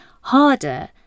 harder